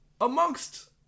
amongst